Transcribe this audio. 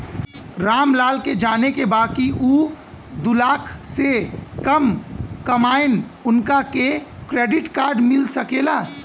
राम लाल के जाने के बा की ऊ दूलाख से कम कमायेन उनका के क्रेडिट कार्ड मिल सके ला?